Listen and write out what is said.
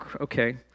okay